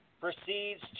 proceeds